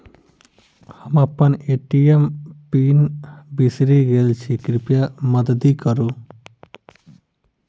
हम अप्पन ATM PIN बिसरि गेल छी कृपया मददि करू